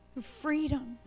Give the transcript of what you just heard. freedom